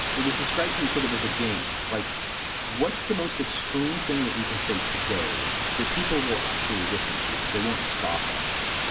there was described to me sort of as a game like what's the most extreme thing that we can say today that people will actually listen to that they won't scoff at?